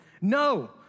No